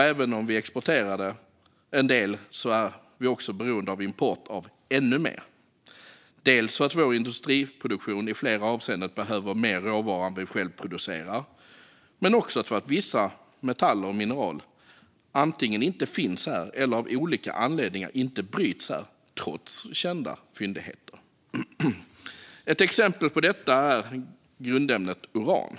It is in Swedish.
Även om vi exporterar en del är vi också beroende av import av ännu mer, dels för att vår industriproduktion i flera avseenden behöver mer råvara än vi själva producerar, dels för att vissa metaller och mineral antingen inte finns här eller av olika anledningar inte bryts här trots kända fyndigheter. Ett exempel på detta är grundämnet uran.